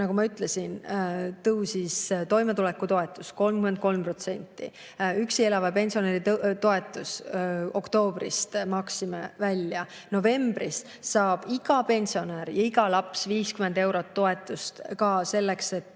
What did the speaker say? nagu ma ütlesin, tõusis toimetulekutoetus 33%, üksi elava pensionäri toetuse oktoobrist maksime välja. Novembris saab iga pensionär ja iga laps 50 eurot toetust, et